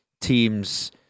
teams